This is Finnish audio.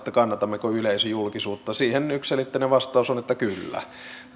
kannatammeko yleisöjulkisuutta siihen yksiselitteinen vastaus on että kyllä